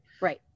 Right